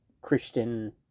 Christian